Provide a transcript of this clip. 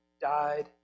died